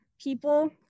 people